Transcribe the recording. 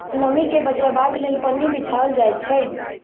नमीं के बचयबाक लेल पन्नी बिछाओल जाइत छै